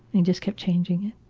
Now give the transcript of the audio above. they just kept changing it.